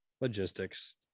Logistics